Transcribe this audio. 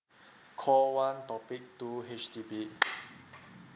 call one topic two H_D_B